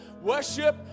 worship